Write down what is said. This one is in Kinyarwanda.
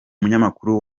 munyamakuru